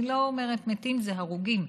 מהעישון, אני לא אומרת "מתים", אלה הרוגים,